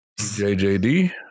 JJD